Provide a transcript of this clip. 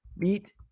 beat